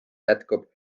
jätkub